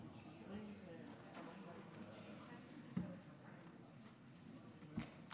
מאוד התרגשנו לראות את התמונות שהציג חבר הכנסת מיכאל ביטון ולכן לא